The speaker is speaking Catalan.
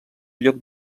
lloc